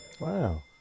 Wow